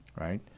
Right